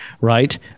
right